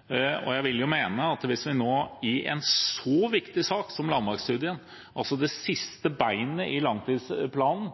Forsvaret. Jeg vil jo mene at hvis man nå i en så viktig sak som landmaktstudien, altså det siste beinet i langtidsplanen,